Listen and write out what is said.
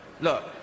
look